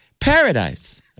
Paradise